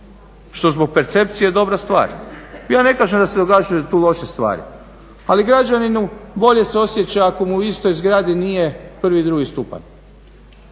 što zbog percepcije dobra stvar. Ja ne kažem da se tu događaju loše stvari ali građaninu bolje se osjeća ako mu u istoj zgradi nije 1.i 2.stupanj,